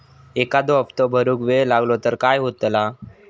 एखादो हप्तो भरुक वेळ लागलो तर काय होतला?